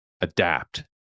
adapt